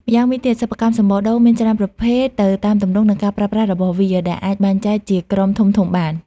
ម្យ៉ាងវិញទៀត សិប្បកម្មសំបកដូងមានច្រើនប្រភេទទៅតាមទម្រង់និងការប្រើប្រាស់របស់វា ដែលអាចបែងចែកជាក្រុមធំៗបាន។